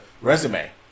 resume